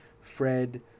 Fred